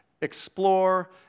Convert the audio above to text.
explore